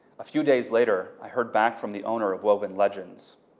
a few days later i heard back from the owner of woven legends.